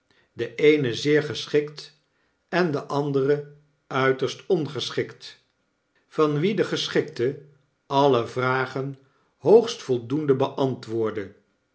de eene zeer geschikt en de andere uiterst ongeschikt van wie de geschikte alle vragen hoogst voldoende beantwoordde